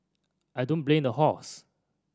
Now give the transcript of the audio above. I don't blame the horse